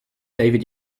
david